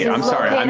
you know i'm sorry,